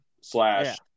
slash